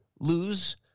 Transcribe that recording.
lose